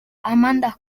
amanda